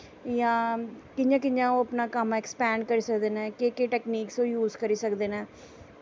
जां कि'यां कियां ओह् अपना कम्म अक्सपैंड़ करी सकदे न केह् केह् टैकनीकस ओह् यूस करी सकदे न